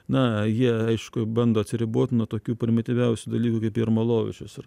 na jie aišku bando atsiribot nuo tokių primityviausių dalykų kaip jarmalovičius ir